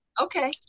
Okay